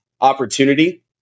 opportunity